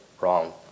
wrong